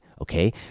okay